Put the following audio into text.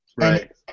right